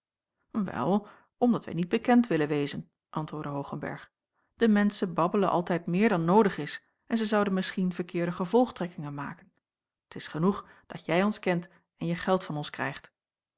wel omdat wij niet bekend willen wezen antwoordde hoogenberg de menschen babbelen altijd meer dan noodig is en zij zouden misschien verkeerde gevolgtrekkingen maken t is genoeg dat jij ons kent en je geld van ons krijgt